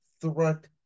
threat